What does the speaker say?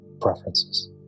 preferences